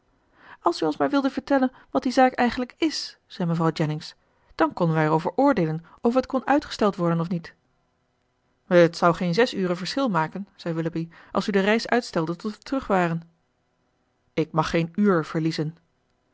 als u ons maar wilde vertellen wat die zaak eigenlijk is zei mevrouw jennings dan konden wij er over oordeelen of het kon uitgesteld worden of niet het zou geen zes uren verschil maken zei willoughby als u de reis uitstelde tot we terug waren ik mag geen uur verliezen